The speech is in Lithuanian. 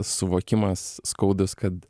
suvokimas skaudus kad